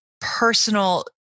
personal